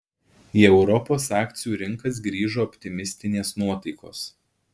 į europos akcijų rinkas grįžo optimistinės nuotaikos